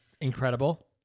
incredible